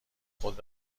خود